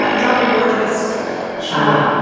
ah drop dead gorgeous shot, um